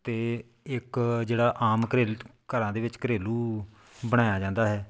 ਅਤੇ ਇੱਕ ਜਿਹੜਾ ਆਮ ਘਰੇ ਘਰਾਂ ਦੇ ਵਿੱਚ ਘਰੇਲੂ ਬਣਾਇਆ ਜਾਂਦਾ ਹੈ